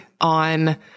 on